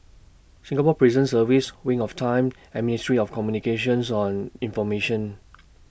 Singapore Prison Service Wings of Time and Ministry of Communications on Information